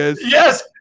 Yes